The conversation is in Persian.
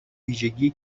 ویژگی